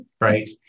right